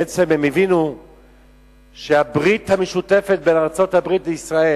הם בעצם הבינו שהברית המשותפת בין ארצות-הברית לישראל